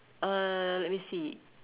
uh let me see